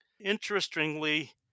Interestingly